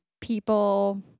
people